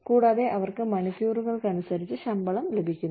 കൂടാതെ അവർക്ക് മണിക്കൂറുകൾക്കനുസരിച്ച് ശമ്പളം ലഭിക്കുന്നു